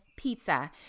pizza